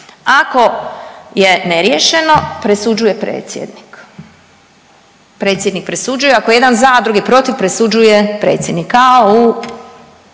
Ako je neriješeno presuđuje predsjednik, predsjednik presuđuje. Ako je jedan za, a drugi protiv presuđuje predsjednik kao u